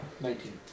Nineteen